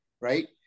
right